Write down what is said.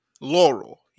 Laurel